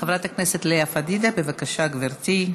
חברת הכנסת לאה פדידה, בבקשה, גברתי.